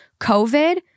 COVID